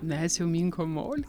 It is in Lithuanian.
mes jau minkom molį